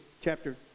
Chapter